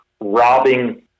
robbing